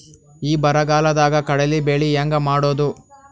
ಈ ಬರಗಾಲದಾಗ ಕಡಲಿ ಬೆಳಿ ಹೆಂಗ ಮಾಡೊದು?